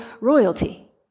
royalty